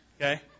Okay